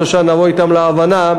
שלושה נבוא אתם להבנה,